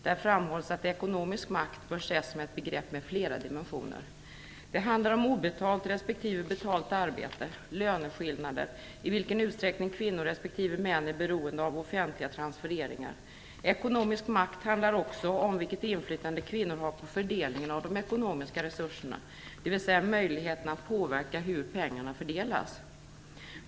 Där framhålls att ekonomisk makt bör ses som ett begrepp med flera dimensioner. Det handlar om obetalt respektive betalt arbete, löneskillnader, i vilken utsträckning kvinnor respektive män är beroende av offentliga transfereringar. Ekonomisk makt handlar också om vilket inflytande kvinnor har på fördelningen av de ekonomiska resurserna, dvs. möjligheten att påverka hur pengarna fördelas.